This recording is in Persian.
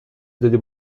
دادی